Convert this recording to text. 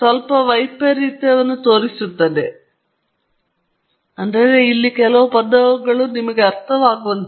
ಹಾಗಾಗಿ ನಾನು ಏನು ಮಾಡಿದ್ದೇನೆಂದರೆ ನಾನು ಈ ಇನ್ಪುಟ್ ಅನ್ನು ತೆಗೆದುಕೊಂಡಿದ್ದೇನೆ ಮತ್ತು ಅದನ್ನು ಇಲ್ಲಿ ಸಮೀಕರಣಕ್ಕೆ ಪ್ಲಗ್ ಮಾಡಿ ಮತ್ತು ಪ್ರತಿಕ್ರಿಯೆ ಹೇಗೆ ಕಾಣುತ್ತದೆ ಎಂದು ಕೇಳಿದೆ